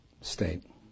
state